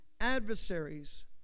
adversaries